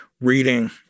reading